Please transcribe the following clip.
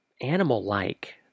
animal-like